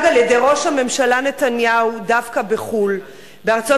על-ידי ראש הממשלה נתניהו דווקא בחוץ-לארץ,